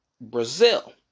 Brazil